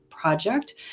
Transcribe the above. project